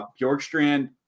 Bjorkstrand